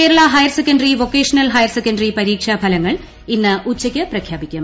Kerala higher secondary vocational higher secondary പരീക്ഷാ ഫലങ്ങൾ ഇന്ന് ഉച്ചയ്ക്ക് പ്രഖ്യാപിക്കും